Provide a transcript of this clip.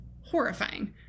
horrifying